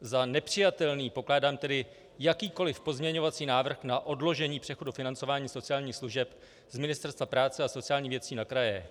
Za nepřijatelný pokládám tedy jakýkoli pozměňovací návrh na odložení přechodu financování sociálních služeb z Ministerstva práce a sociálních věcí na kraje.